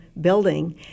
building